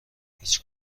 هیچ